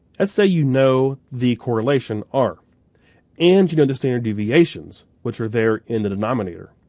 let's say you know the correlation r and you know the standard deviations which are there in the denominator.